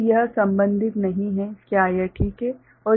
तो यह संबंधित नहीं है क्या यह ठीक है